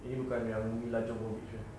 ini bukan yang ni lang~ jung~ both fiction